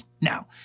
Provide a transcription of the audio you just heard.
Now